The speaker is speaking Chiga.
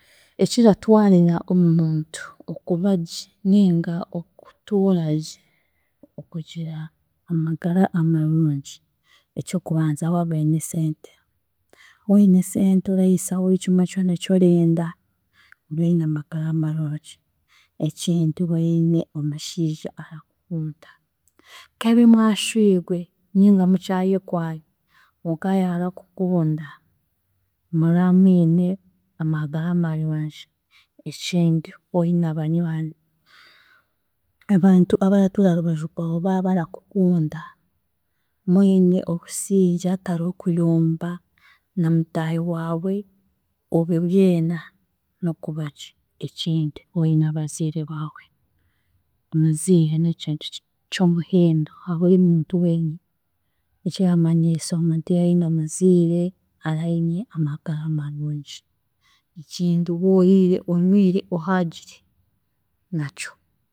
Ekiratwarira omuntu okubagye ninga okutuuragye okugira amagara amarungi eky'okubanza waaba oine esente, woine esente oreehisaho buri kimwe kyona eki orenda oraba oine amagara marungi, ekindi woine omushiija arakukunda, kabi mwashwigwe ninga mukyayekwana konka ya arakukunda, mura mwine amagara marungi. Ekindi woine abanywani, abantu abaratuura aha rubaju rwawe baabarakukunda, mwine obusiingye hatariho okuyomba namutaahi waawe, obwe bwena n'okubagye, ekindi woine abaziire baawe, omuziire n'ekintu ky'omuhendo ahari buri muntu weena, ekiramanyiisa omuntu yaine omuziire, araba aine amagara marungi. Ekindi wooriire, onywire ohaagire, nakyo.